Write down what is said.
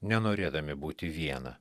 nenorėdami būti vieną